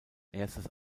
erstes